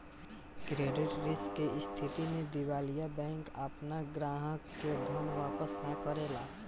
credit risk के स्थिति में दिवालिया बैंक आपना ग्राहक के धन वापस ना करेला